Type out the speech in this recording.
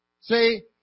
See